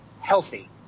healthy